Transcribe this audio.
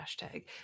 Hashtag